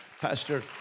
Pastor